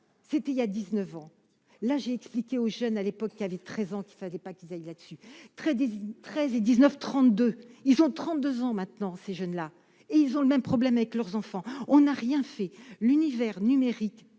c'était il y a 19 ans, là j'ai expliqué aux jeunes à l'époque, il avait 13 ans, qu'il fallait pas qu'ils aillent là-dessus très désigne 13 et 19 32, ils sont 32 ans maintenant ces jeunes-là et ils ont le même problème avec leurs enfants, on n'a rien fait l'univers numérique